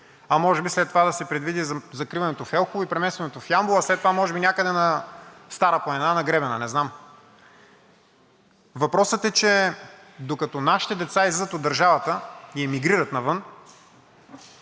а може би след това да се предвиди закриването в Елхово и преместването в Ямбол, а след това може би някъде на гребена на Стара планина – не знам. Въпросът е, че докато нашите деца излизат от държавата и емигрират навън,